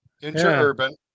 Interurban